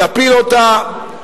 יפיל אותה.